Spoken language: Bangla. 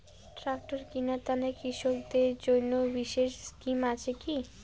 ট্রাক্টর কিনার তানে কৃষকদের জন্য বিশেষ স্কিম আছি কি?